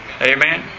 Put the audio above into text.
Amen